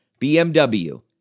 BMW